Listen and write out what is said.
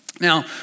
Now